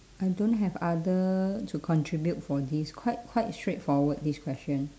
I don't have other to contribute for this quite quite straightforward this question